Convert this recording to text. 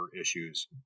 issues